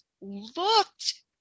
looked